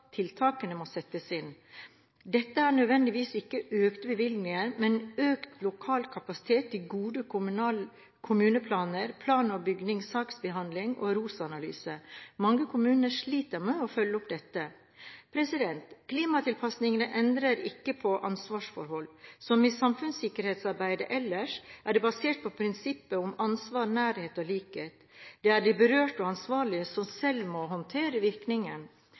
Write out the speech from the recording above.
tiltakene må settes inn. Dette innebærer nødvendigvis ikke økte bevilgninger, men økt lokal kapasitet til gode kommuneplaner, plan- og byggesaksbehandling og ROS-analyser. Mange kommuner sliter med å følge opp dette. Klimatilpasning endrer ikke på ansvarsforhold. Som i samfunnssikkerhetsarbeidet ellers er det basert på prinsippene om ansvar, nærhet og likhet. Det er de berørte og ansvarlige som selv må håndtere